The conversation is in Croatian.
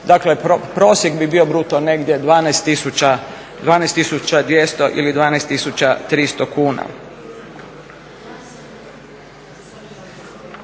dakle prosjek bi bio bruto negdje 12200 ili 12300 kuna.